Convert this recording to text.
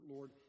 Lord